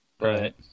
Right